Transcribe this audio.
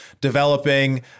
developing